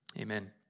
Amen